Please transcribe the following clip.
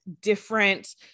different